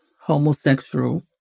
homosexual